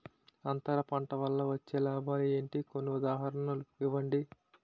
అంతర పంట వల్ల వచ్చే లాభాలు ఏంటి? కొన్ని ఉదాహరణలు ఇవ్వండి?